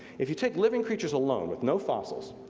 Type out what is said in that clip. if you take living creatures alone, with no fossils,